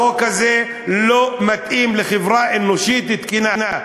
החוק הזה לא מתאים לחברה אנושית תקינה,